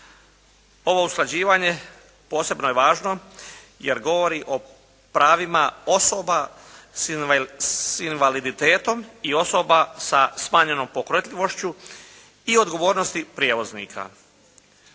Ovo usklađivanje posebno je važno jer govori o pravima osoba s invaliditetom i osoba sa smanjenom pokretljivošću i odgovornosti prijevoznika.